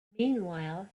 meanwhile